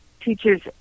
teachers